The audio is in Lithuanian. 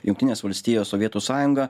jungtinės valstijos sovietų sąjunga